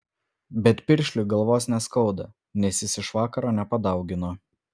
bet piršliui galvos neskauda nes jis iš vakaro nepadaugino